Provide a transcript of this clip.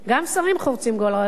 גם שרים חורצים גורלות.